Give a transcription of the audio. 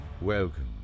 Welcome